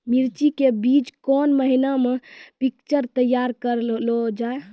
मिर्ची के बीज कौन महीना मे पिक्चर तैयार करऽ लो जा?